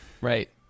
right